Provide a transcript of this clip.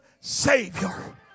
Savior